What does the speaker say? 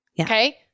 Okay